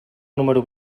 número